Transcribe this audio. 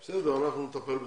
בסדר, אנחנו נטפל בזה.